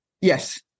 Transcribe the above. Yes